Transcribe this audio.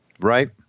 Right